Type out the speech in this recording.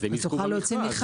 אז הם יזכו במכרז.